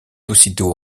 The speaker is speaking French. aussitôt